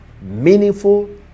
meaningful